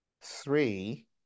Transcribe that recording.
three